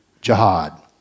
jihad